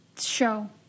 Show